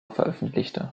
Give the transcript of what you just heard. veröffentlichte